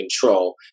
control